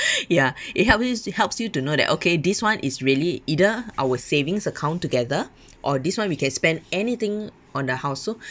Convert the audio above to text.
ya it helps you it helps you to know that okay this one is really either our savings account together or this one we can spend anything on the household